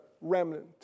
remnant